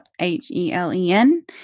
h-e-l-e-n